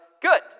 good